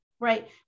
Right